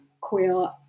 queer